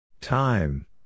Time